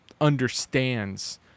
understands